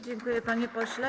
Dziękuję, panie pośle.